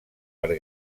per